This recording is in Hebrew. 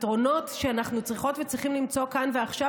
הפתרונות שאנחנו צריכות וצריכים למצוא כאן ועכשיו,